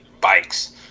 bikes